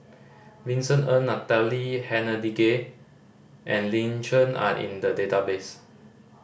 Vincent Ng Natalie Hennedige and Lin Chen are in the database